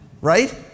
right